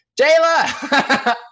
jayla